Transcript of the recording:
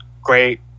great